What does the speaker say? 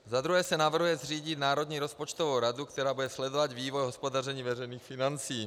Za druhé se navrhuje zřídit Národní rozpočtovou radu, která bude sledovat vývoj hospodaření veřejných financí.